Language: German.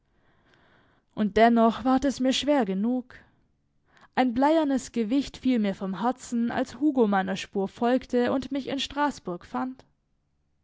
und dennoch ward es mir schwer genug ein bleiernes gewicht fiel mir vom herzen als hugo meiner spur folgte und mich in straßburg fand